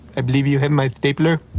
i believe you have my stapler